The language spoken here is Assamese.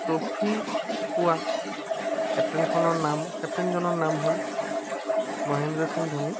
ট্ৰফী পোৱা কেপ্টেইনখনৰ কেপ্টেইনজনৰ নাম হ'ল মহেন্দ্ৰ সিং ধোনী